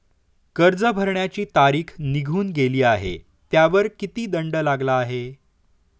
कर्ज भरण्याची तारीख निघून गेली आहे त्यावर किती दंड लागला आहे?